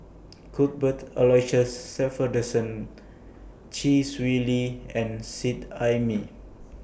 Cuthbert Aloysius Shepherdson Chee Swee Lee and Seet Ai Mee